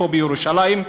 פה בירושלים,